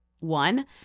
One